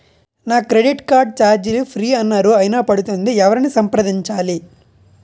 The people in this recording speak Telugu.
నా క్రెడిట్ కార్డ్ ఛార్జీలు ఫ్రీ అన్నారు అయినా పడుతుంది ఎవరిని సంప్రదించాలి?